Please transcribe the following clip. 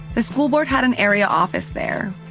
the school board had an area office there.